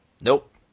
Nope